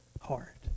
heart